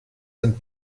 sind